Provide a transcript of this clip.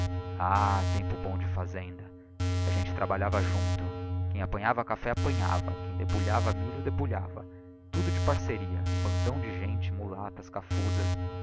ahl tempo bom de fazenda a gente trabalhava junto quem apanhava café apanhava quem debulhava milho debulhava tudo de parceria bandão de gente mulatas cafusas